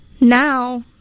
now